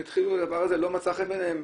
הדבר הזה לא מצא חן בעיניהם,